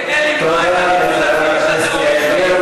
כדי למנוע את הניצול הציני של הטרוריסטים.